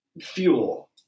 fuel